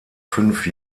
fünf